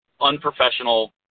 unprofessional